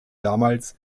damals